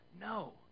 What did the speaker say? no